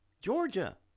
georgia